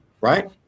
right